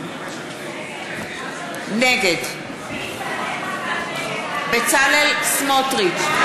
נגד בצלאל סמוטריץ,